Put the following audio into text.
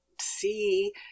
see